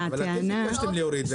ביקשתם להוריד.